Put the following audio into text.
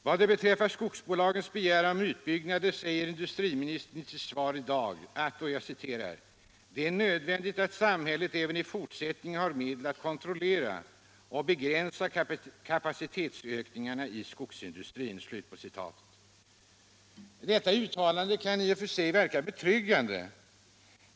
Vad beträffar skogsbolagens begäran om utbyggnader säger industriministern i sitt svar i dag att det är ”nödvändigt att samhället även i fortsättningen har medel för att kontrollera och begränsa kapacitetsökningar i skogsindustrin”. Detta uttalande kan i och för sig verka betryggande.